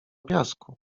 piasku